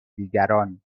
دیگران